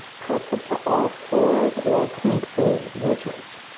press up to all fours or plank pose, your choice.